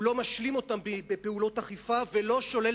הוא לא משלים אותן בפעולות אכיפה ולא שולל